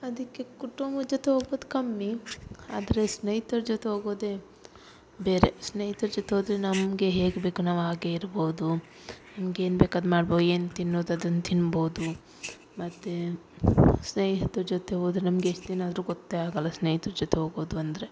ಅದಕ್ಕೆ ಕುಟುಂಬದ ಜೊತೆ ಹೋಗೋದ್ ಕಮ್ಮಿ ಆದರೆ ಸ್ನೇಹಿತರ ಜೊತೆ ಹೋಗೋದೆ ಬೇರೆ ಸ್ನೇಹಿತರ ಜೊತೆ ಹೋದ್ರೆ ನಮಗೆ ಹೇಗೆ ಬೇಕೋ ನಾವು ಹಾಗೆ ಇರ್ಬೋದು ನಮ್ಗೆ ಏನು ಬೇಕು ಅದು ಮಾಡ್ಬೋದು ಏನು ತಿನ್ನೋದು ಅದನ್ನು ತಿನ್ಬೋದು ಮತ್ತೆ ಸ್ನೇಹಿತರ ಜೊತೆ ಹೋದರೆ ನಮಗೆ ಎಷ್ಟು ದಿನ ಆದರು ಗೊತ್ತೆ ಆಗೋಲ್ಲ ಸ್ನೇಹಿತರ ಜೊತೆ ಹೋಗೋದು ಅಂದರೆ